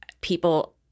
people